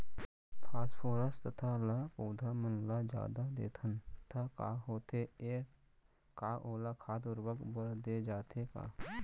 Phosphorus तथा ल पौधा मन ल जादा देथन त का होथे हे, का ओला खाद उर्वरक बर दे जाथे का?